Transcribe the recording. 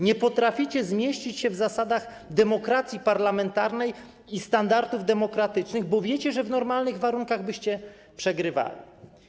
Nie potraficie zmieścić się w zasadach demokracji parlamentarnej i standardach demokratycznych, bo wiecie, że w normalnych warunkach byście przegrywali.